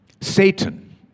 Satan